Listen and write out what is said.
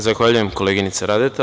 Zahvaljujem, koleginice Radeta.